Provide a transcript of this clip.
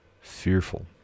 fearful